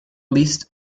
least